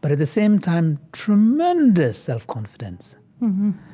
but at the same time, tremendous self-confidence